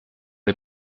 les